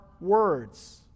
words